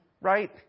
right